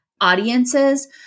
audiences